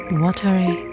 watery